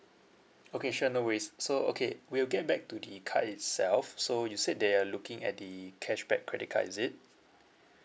okay sure no worries so okay we'll get back to the card itself so you said they are looking at the cashback credit card is it